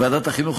ועדת החינוך,